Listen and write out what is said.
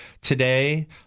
Today